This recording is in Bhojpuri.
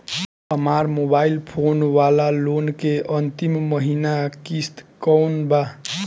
हमार मोबाइल फोन वाला लोन के अंतिम महिना किश्त कौन बा?